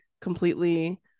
completely